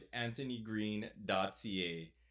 anthonygreen.ca